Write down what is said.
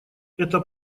это